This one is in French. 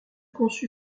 conçu